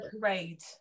parade